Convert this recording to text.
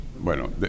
Bueno